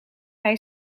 hij